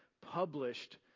published